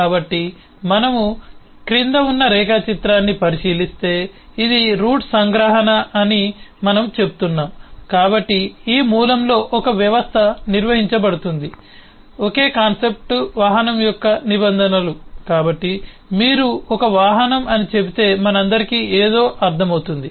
కాబట్టి మనము క్రింద ఉన్న రేఖాచిత్రాన్ని పరిశీలిస్తే ఇది రూట్ సంగ్రహణ అని మనము చెప్తున్నాము కాబట్టి ఈ మూలంలో ఒక వ్యవస్థ నిర్వచించబడుతుంది ఒకే కాన్సెప్ట్ వాహనం యొక్క నిబంధనలు కాబట్టి మీరు ఒక వాహనం అని చెబితే మనందరికీ ఏదో అర్థం అవుతుంది